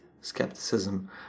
skepticism